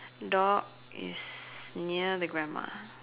door is near the grandma